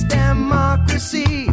democracy